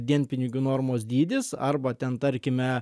dienpinigių normos dydis arba ten tarkime